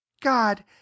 god